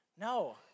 No